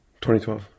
2012